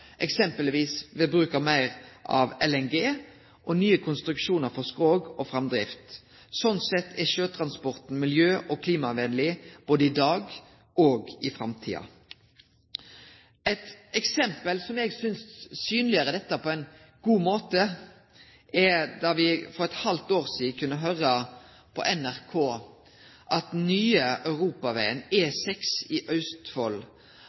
eksempelvis ved bruk av meir av LNG og nye konstruksjonar for skrog og framdrift. Slik sett er sjøtransporten miljø- og klimavenleg både i dag og i framtida. Eit eksempel som eg synest synleggjer dette på ein god måte, er det vi for eit halvt år sidan kunne høre på NRK om E6 i Østfold, at dersom veksten i